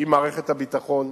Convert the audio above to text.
עם מערכת הביטחון.